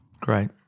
Great